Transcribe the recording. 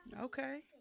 Okay